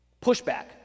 pushback